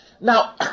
Now